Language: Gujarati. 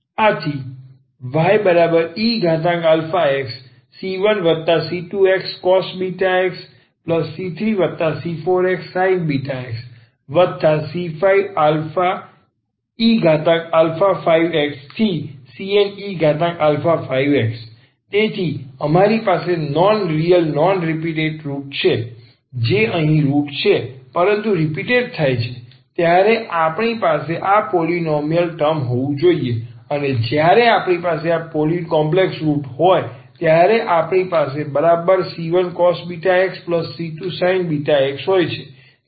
આથી yeαxc1c2xcos βx c3c4xsin βx c5e5xcnenx તેથી અમારી પાસે રીયલ નોન રીપીટેટ રુટ છે જે અહીં રુટ છે પરંતુ રીપીટેટ થાય છે ત્યારે આપણી પાસે આ પોલીનોમિયલ ટર્મ હોઇશું અને જ્યારે આપણી પાસે કોમ્પ્લેક્સ રુટ હોય ત્યારે આપણી પાસે બરાબર c1cos βx c2sin βx હોય છે